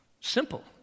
Simple